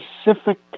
specific